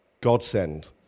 godsend